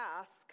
ask